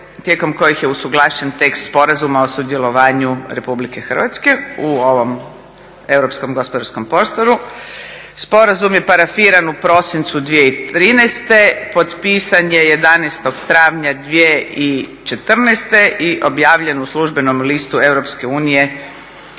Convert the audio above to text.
tijekom kojih je usuglašen tekst Sporazuma o sudjelovanju RH u ovom europskom gospodarskom prostoru. Sporazum je parafiran u prosincu 2013. Potpisan je 11. travnja 2014. i objavljen u službenom listu